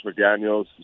McDaniels